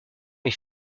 est